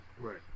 Right